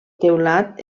teulat